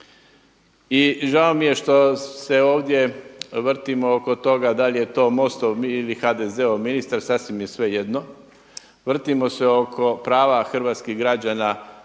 i žao mi je što se ovdje vrtimo oko toga da li je to MOST-ov ili HDZ-ov ministar, sasvim je svejedno. Vrtimo se oko prava hrvatskih građana